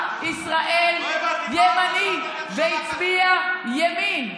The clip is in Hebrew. אבל עם ישראל ימני והצביע ימין.